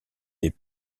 des